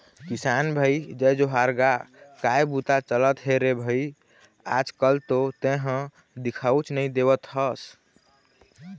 किसान भाई जय जोहार गा काय बूता चलत हे रे भई आज कल तो तेंहा दिखउच नई देवत हस?